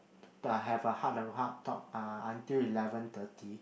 to have a heart to heart talk ah until eleven thirty